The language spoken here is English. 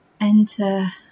enter